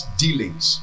dealings